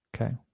Okay